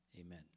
amen